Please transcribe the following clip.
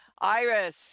Iris